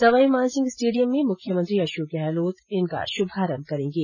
Sawai Man Singh stadium में मुख्यमंत्री अशोक गहलोत इनका शुभारंभ करेंगे